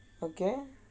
okay